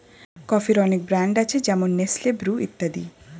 কফির অনেক ব্র্যান্ড আছে যেমন নেসলে, ব্রু ইত্যাদি